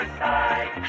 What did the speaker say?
side